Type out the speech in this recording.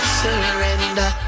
surrender